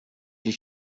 did